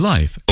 Life